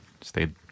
stayed